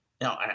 no